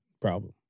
Problem